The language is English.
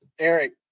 Eric